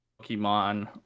Pokemon